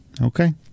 okay